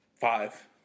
five